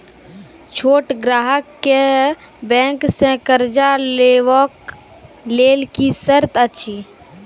छोट ग्राहक कअ बैंक सऽ कर्ज लेवाक लेल की सर्त अछि?